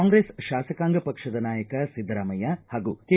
ಕಾಂಗ್ರೆಸ್ ಶಾಸಕಾಂಗ ಪಕ್ಷದ ನಾಯಕ ಸಿದ್ದರಾಮಯ್ಯ ಹಾಗೂ ಕೆ